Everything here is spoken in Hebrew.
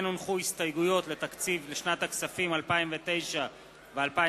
כן הונחו הסתייגויות לתקציב לשנת הכספים 2009 ו-2010,